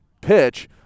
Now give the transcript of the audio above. pitch